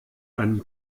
einem